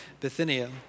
Bithynia